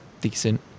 decent